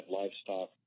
livestock